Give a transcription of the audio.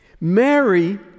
Mary